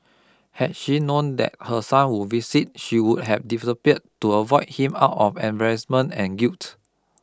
had she known that her son would visit she would have disappeared to avoid him out of embarrassment and guilt